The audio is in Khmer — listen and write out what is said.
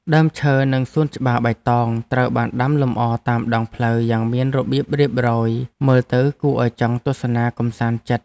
ដើមឈើនិងសួនច្បារបៃតងត្រូវបានដាំលម្អតាមដងផ្លូវយ៉ាងមានរបៀបរៀបរយមើលទៅគួរឱ្យចង់ទស្សនាកម្សាន្តចិត្ត។